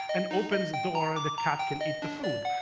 and opens the door and the cat can eat the food.